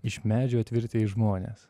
iš medžio atvirtę žmonės